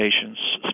patients